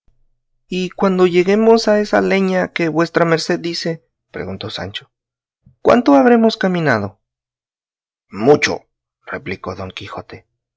y cuando lleguemos a esa leña que vuestra merced dice preguntó sancho cuánto habremos caminado mucho replicó don quijote